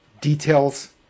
details